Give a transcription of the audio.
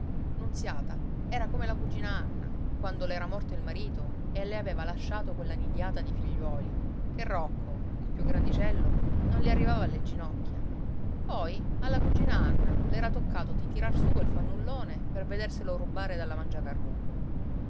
nunziata era come la cugina anna quando l'era morto il marito e le aveva lasciato quella nidiata di figliuoli che rocco il più grandicello non le arrivava alle ginocchia poi alla cugina anna le era toccato di tirar su quel fannullone per vederselo rubare dalla mangiacarrubbe